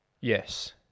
Yes